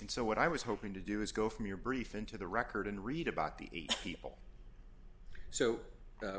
and so what i was hoping to do is go from your brief into the record and read about the people so